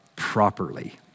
properly